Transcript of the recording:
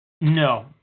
No